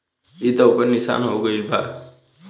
ई त ओकर निशान हो गईल बा